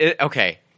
Okay